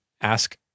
Ask